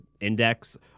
index